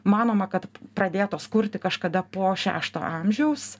manoma kad pradėtos kurti kažkada po šešto amžiaus